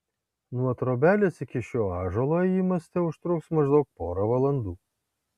nuo trobelės iki šio ąžuolo ėjimas teužtruks maždaug porą valandų